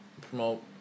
promote